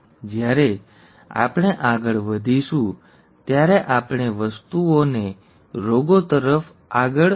જ્યારે આપણે આગળ વધીશું ત્યારે આપણે વસ્તુઓને રોગો તરફ આગળ લઈ જઈશું અને રોગોની આગાહી કરવા માટે મેન્ડેલિયન જિનેટિક્સ નો ઉપયોગ જોઈશું